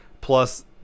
Plus